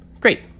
Great